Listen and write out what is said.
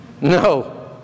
No